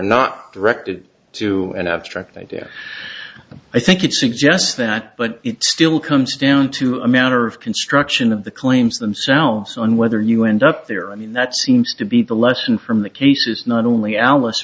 not directed to an abstract idea i think it suggests that but it still comes down to a matter of construction of the claims themselves on whether you end up there i mean that seems to be the lesson from the cases not only alice